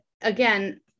again